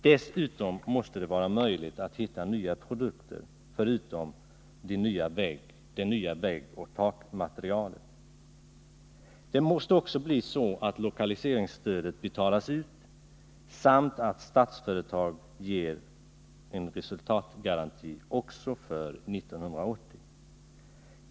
Dessutom måste det vara möjligt att hitta nya produkter förutom det nya väggoch takmaterialet. Vidare måste lokaliseringsstödet betalas ut och Statsföretag ge en resultatgaranti också för 1980.